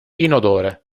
inodore